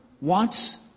wants